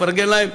לפרגן להם,